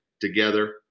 together